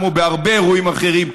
כמו בהרבה אירועים אחרים,